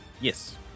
Yes